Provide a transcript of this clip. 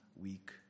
week